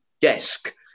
desk